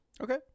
Okay